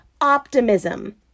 optimism